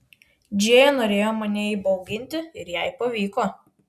džėja norėjo mane įbauginti ir jai pavyko